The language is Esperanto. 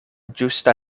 ĝusta